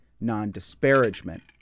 non-disparagement